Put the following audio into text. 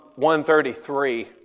133